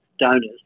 donors